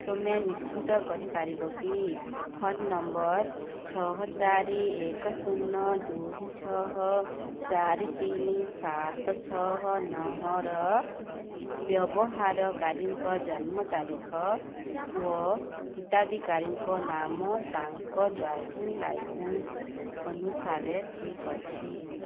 ତୁମେ ନିଶ୍ଚିତ କରିପାରିବ କି ଫୋନ୍ ନମ୍ବର୍ ଛଅ ଚାରି ଏକ ଶୂନ ଦୁଇ ଛଅ ଚାରି ତିନି ସାତ ଛଅ ନଅର ବ୍ୟବହାରକାରୀଙ୍କ ଜନ୍ମ ତାରିଖ ଓ ହିତାଧିକାରୀ ନାମ ତାଙ୍କ ଡ୍ରାଇଭିଂ ଲାଇସେନ୍ସ୍ ଅନୁସାରେ ଠିକ୍ ଅଛି